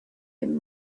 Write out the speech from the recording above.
him